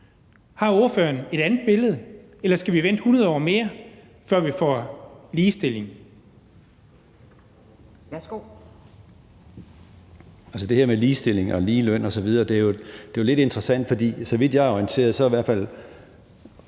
Har ordføreren et andet billede, eller skal vi vente 100 år mere, før vi får ligestilling?